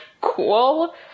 cool